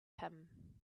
him